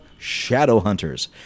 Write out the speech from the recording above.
shadowhunters